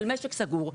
אבל זה משק סגור.